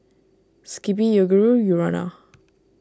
Skippy Yoguru Urana